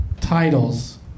titles